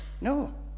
No